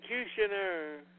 Executioner